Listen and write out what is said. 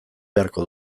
beharko